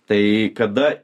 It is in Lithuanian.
tai kada